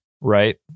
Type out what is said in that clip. right